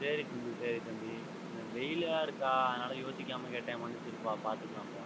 சரி தம்பி சரி தம்பி இந்த வெயிலாக இருக்கா அதனால் யோசிக்காமல் கேட்டேன் மன்னிச்சிருப்பா பார்த்துக்கலாம்பா